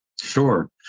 Sure